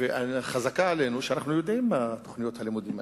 וחזקה עלינו שאנחנו יודעים מה תוכניות הלימודים האלה.